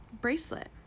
bracelet